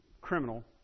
criminal